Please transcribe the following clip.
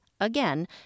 again